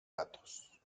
gatos